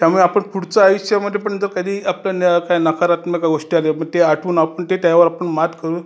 त्यामुळे आपण पुढचं आयुष्यामध्ये पण जर कधी आपल्या काही नकारात्मक गोष्टी आल्या मग ते आठवून आपण ते त्यावर आपण मात करू